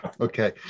Okay